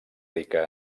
rica